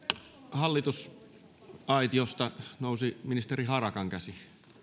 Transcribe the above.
hallitusaitiosta nousi ministeri harakan käsi